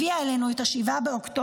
הביאה עלינו את 7 באוקטובר.